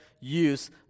use